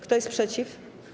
Kto jest przeciw?